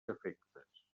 efectes